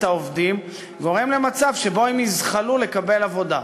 העובדים וגורם למצב שבו הם יזחלו לקבל עבודה.